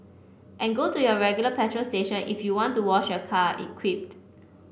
and go to your regular petrol station if you want to wash your car it quipped